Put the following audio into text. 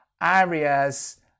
areas